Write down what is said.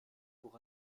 pour